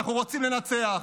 אנחנו רוצים לנצח,